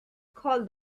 called